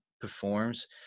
performs